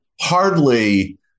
hardly